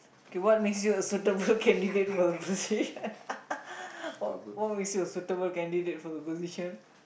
K what makes you a suitable candidate for the posi~ what what makes you a suitable candidate for the position